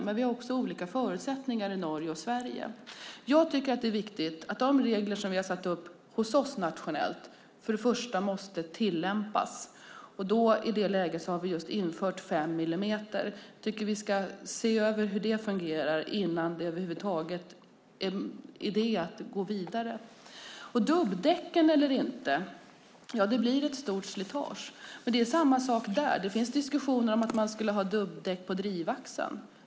Men vi har också olika förutsättningar i Norge och Sverige. Jag tycker att det är viktigt att de regler som vi har satt upp hos oss nationellt först och främst tillämpas. I detta läge har vi just infört fem millimeter. Jag tycker att vi ska se över hur det fungerar innan det över huvud taget är någon idé att gå vidare. Ska vi ha dubbdäck eller inte? Det blir ett stort slitage. Det är samma sak där; det förs diskussioner om att man skulle ha dubbdäck på drivaxeln.